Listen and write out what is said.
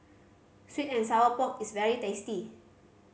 sweet and sour pork is very tasty